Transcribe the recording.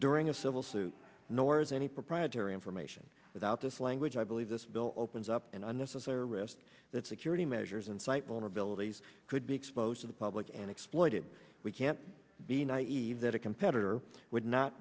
during a civil suit nor is any proprietary information without this language i believe this bill opens up an unnecessary risk that security measures and site vulnerabilities could be exposed to the public and exploited we can't be naive that a competitor would not